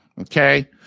Okay